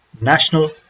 national